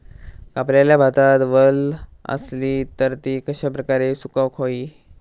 कापलेल्या भातात वल आसली तर ती कश्या प्रकारे सुकौक होई?